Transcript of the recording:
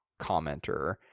Commenter